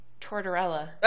tortorella